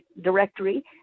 directory